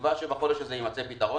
בתקווה שבחודש הזה יימצא פתרון.